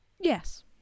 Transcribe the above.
Yes